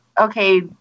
okay